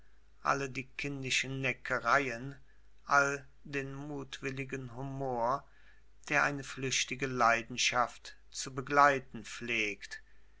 alle die kindischen neckereien all den mutwilligen humor der eine flüchtige leidenschaft zu begleiten pflegt